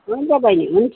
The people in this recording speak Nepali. हुन्छ बहिनी हुन्छ